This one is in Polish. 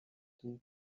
tym